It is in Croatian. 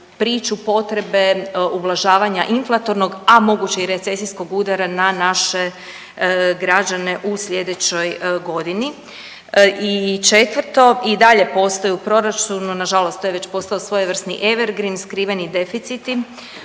priču potrebe ublažavanja inflatornog, a moguće i recesijskog udara na naše građane u sljedećoj godini i četvrto, i dalje postoji u proračunu, nažalost to je već postao svojevrsni evergrin, skriveni deficiti,